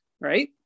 Right